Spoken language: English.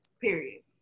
Period